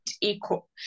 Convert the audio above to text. equal